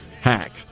hack